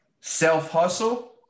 self-hustle